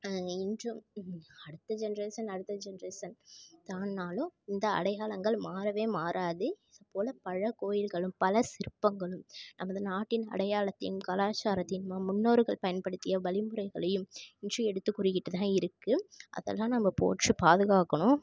இன்றும் அடுத்த ஜென்ரேஷன் அடுத்த ஜென்ரேஷன் தாண்டினாலும் இந்த அடையாளங்கள் மாறவே மாறாது இதுப்போல் பல கோயில்களும் பல சிற்பங்களும் நமது நாட்டின் அடையாளத்தையும் கலாச்சாரத்தையும் நம்ம முன்னோர்கள் பயன்படுத்திய வழிமுறைகளையும் இன்றும் எடுத்து கூறிகிட்டு தான் இருக்குது அதலாம் நம்ப போற்றி பாதுகாக்கணும்